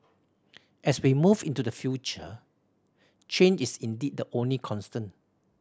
as we move into the future change is indeed the only constant